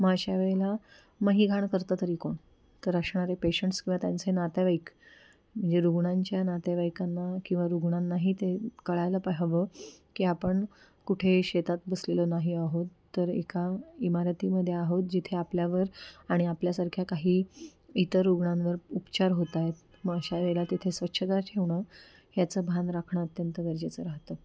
मग अशावेळेला मग ही घाण करतं तरी कोण तर असणारे पेशंट्स किंवा त्यांचे नातेवाईक म्हणजे रुग्णांच्या नातेवाईकांना किंवा रुग्णांनाही ते कळायला पा हवं की आपण कुठे शेतात बसलेलो नाही आहोत तर एका इमारतीमध्ये आहोत जिथे आपल्यावर आणि आपल्यासारख्या काही इतर रुग्णांवर उपचार होत आहेत मग अशावेळेला तिथे स्वच्छता ठेवणं ह्याचं भान राखणं अत्यंत गरजेचं राहतं